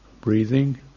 breathing